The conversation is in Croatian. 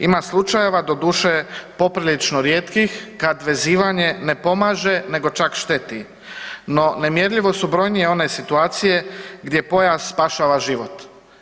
Ima slučajeva, doduše, poprilično rijetkih, kad vezivanje ne pomaže, nego čak šteti, no, nemjerljivo su brojnije one situacije gdje pojas spašava život.